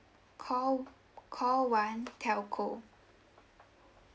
call call one telco